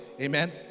Amen